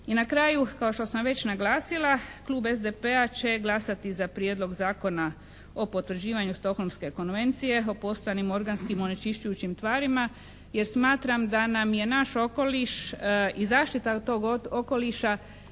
I na kraju kao što sam već naglasila klub SDP-a će glasati za Prijedlog Zakona o potvrđivanju Stockholmske konvencije o postojanim organskim onečišćujućim tvarima jer smatram da nam je naš okoliš i zaštita tog okoliša